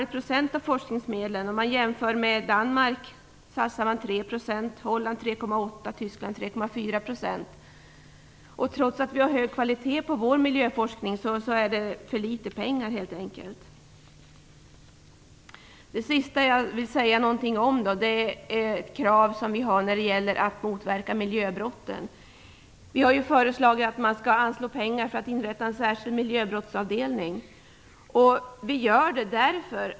Det skall jämföras med 3 % i Danmark, 3,8 % i Holland och 3,4 % i Tyskland. Trots att det är hög kvalitet på vår miljöforskning är det helt enkelt för litet pengar. Allra sist har vi ett krav på att miljöbrott skall motverkas.